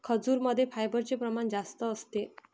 खजूरमध्ये फायबरचे प्रमाण जास्त असते